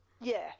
Yes